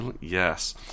Yes